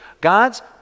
God's